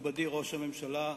מכובדי ראש הממשלה והשרים,